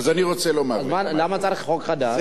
אז אני רוצה לומר לך משהו, למה צריך חוק חדש?